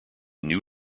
new